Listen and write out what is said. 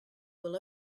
will